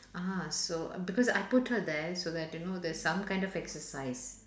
ah so because I put her there so that you know there's some kind of exercise